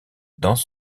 dans